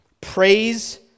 Praise